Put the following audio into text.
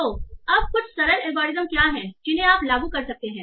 तो अब कुछ सरल एल्गोरिदम क्या हैं जिन्हें आप लागू कर सकते हैं